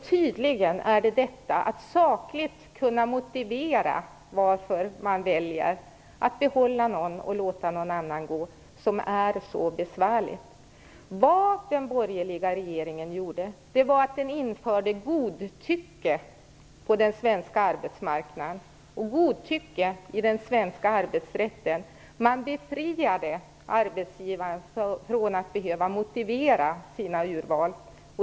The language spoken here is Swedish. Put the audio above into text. Tydligen är det detta med att sakligt kunna motivera varför man väljer att behålla en person och låta en annan gå som är mycket besvärligt. Den borgerliga regeringen införde ett godtycke på den svenska arbetsmarknaden och i den svenska arbetsrätten. Man befriade arbetsgivaren från att behöva motivera sina urval.